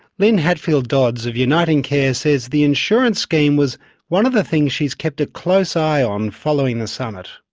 lin hatfield dodds of uniting care says the insurance scheme was one of the things she's kept a close eye on following the summit.